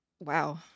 Wow